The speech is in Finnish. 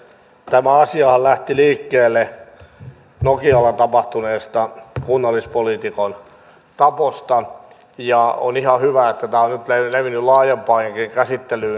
tämä asiahan lähti liikkeelle nokialla tapahtuneesta kunnallispoliitikon taposta ja on ihan hyvä että tämä on nyt levinnyt laajempaankin käsittelyyn